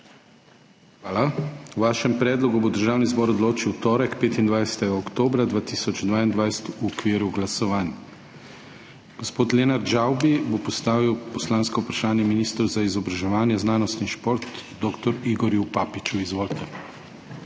Hvala. O vašem predlogu bo Državni zbor odločil v torek, 25. oktobra 2022, v okviru glasovanj. Gospod Lenart Žavbi bo postavil poslansko vprašanje ministru za izobraževanje, znanost in šport dr. Igorju Papiču. Izvolite.